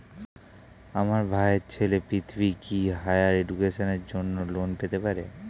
আমার ভাইয়ের ছেলে পৃথ্বী, কি হাইয়ার এডুকেশনের জন্য লোন পেতে পারে?